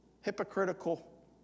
hypocritical